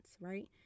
right